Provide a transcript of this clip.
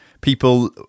people